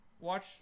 watch